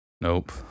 Nope